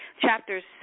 Chapters